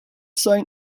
sign